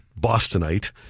Bostonite